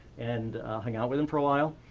and hung out with him for a while.